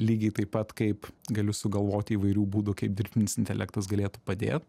lygiai taip pat kaip galiu sugalvoti įvairių būdų kaip dirbtinis intelektas galėtų padėt